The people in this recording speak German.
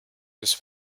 des